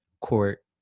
Court